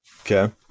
okay